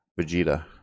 Vegeta